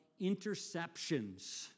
interceptions